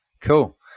Cool